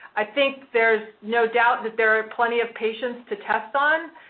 i think there's no doubt that there are plenty of patients to test on.